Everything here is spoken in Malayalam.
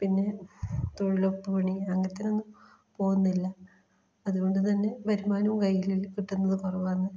പിന്നെ തൊഴിലുറപ്പ് പണി അങ്ങനത്തേതിന് ഒന്നും പോകുന്നില്ല അതുകൊണ്ട് തന്നെ വരുമാനം കയ്യിൽ കിട്ടുന്നത് കുറവാണ്